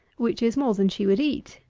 which is more than she would eat.